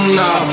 no